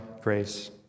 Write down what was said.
grace